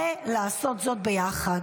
ולעשות זאת ביחד.